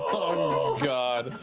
oh god.